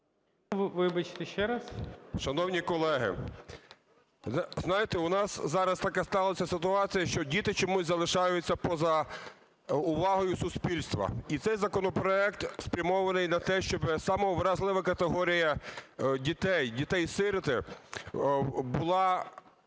ВЕЛИЧКОВИЧ М.Р. Шановні колеги, знаєте, у нас зараз така склалася ситуація, що діти чомусь залишаються поза увагою суспільства, і цей законопроект спрямований на те, щоб сама вразлива категорія дітей - дітей-сиріт - була